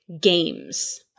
games